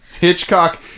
Hitchcock